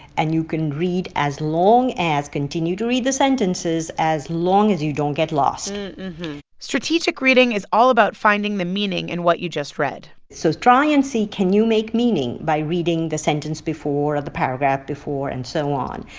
and you can read as long as continue to read the sentences as long as you don't get lost strategic reading is all about finding the meaning in what you just read so try and see, can you make meaning by reading the sentence before or the paragraph before and so on?